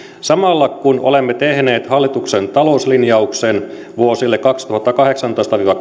samalla kun olemme tehneet hallituksen talouslinjauksen vuosille kaksituhattakahdeksantoista viiva